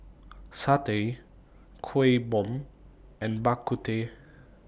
Satay Kuih Bom and Bak Kut Teh